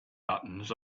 buttons